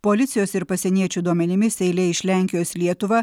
policijos ir pasieniečių duomenimis eilė iš lenkijos į lietuvą